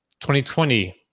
2020